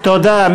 תודה.